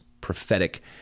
prophetic